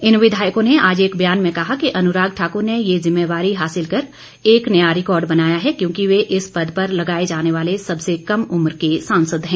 इन विधायकों ने आज एक बयान में कहा कि अनुराग ठाकुर ने ये जिम्मेवारी हासिल कर एक नया रिकार्ड बनाया है क्योंकि वे इस पद पर लगाए जाने वाले सबसे कम उम्र के सांसद है